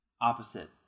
opposite